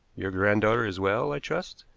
your granddaughter is well, i trust?